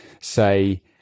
say